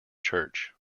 church